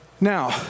now